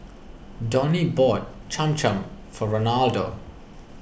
Donny bought Cham Cham for Reynaldo